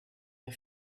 the